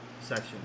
section